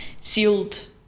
sealed